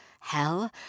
hell